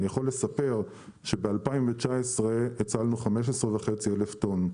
אני יכול לספר שב-2019 הצלנו 15,500 טון,